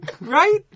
Right